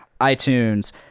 iTunes